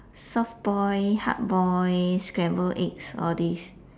soft boil hard boil scrambled eggs all this